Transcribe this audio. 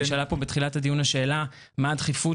נשאלה בתחילת הדיון השאלה מה הדחיפות